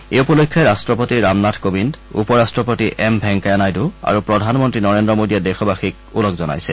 এই উপলক্ষে ৰট্টপতি ৰামনাথ কোবিন্দ উপ ৰাট্টপতি এম ভেংকায়া নাইডু আৰু প্ৰধানমন্ত্ৰী নৰেন্দ্ৰ মোদীয়ে দেশবাসীক ওলগ জনাইছে